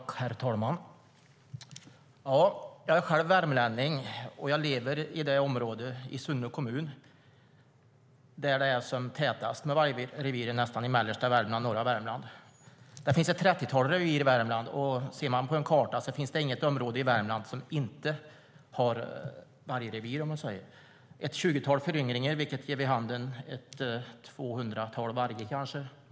Herr talman! Jag är själv värmlänning och lever i det område i Sunne kommun där det nästan är som tätast med vargrevir i mellersta och norra Värmland. Det finns ett trettiotal revir i Värmland. Om man ser på en karta kan man se att det inte finns något område i Värmland som inte har vargrevir. Det är ett tjugotal föryngringar, vilket ger vid handen kanske 200 vargar.